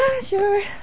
sure